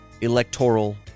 electoral